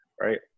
Right